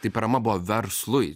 tai parama buvo verslui